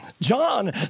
John